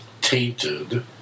tainted